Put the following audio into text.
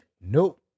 Nope